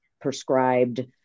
prescribed